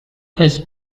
his